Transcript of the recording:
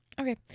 Okay